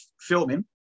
filming